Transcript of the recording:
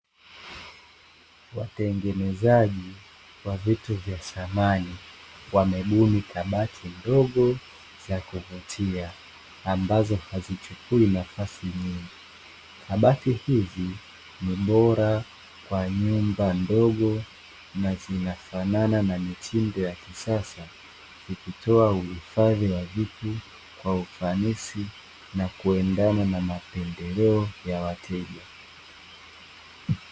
Watengemezaji wa vitu vya thamani, wamebuni kabati ndogo za kuvutia ambazo hazichukui nafasi ya bora kwa nyumba ndogo na zinafanana na mitindo ya kisasa, ni wajibu wa ufanisi na kuendana na mapinduzi ya wateja.